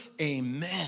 Amen